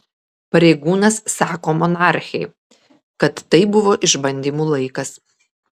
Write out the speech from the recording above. pareigūnas sako monarchei kad tai buvo išbandymų laikas